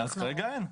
אז כרגע אין.